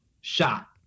shot